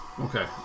Okay